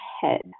head